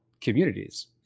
communities